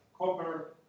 copper